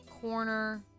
corner